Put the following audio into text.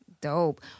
Dope